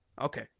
Okay